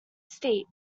steep